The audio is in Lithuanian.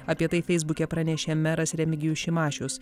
apie tai feisbuke pranešė meras remigijus šimašius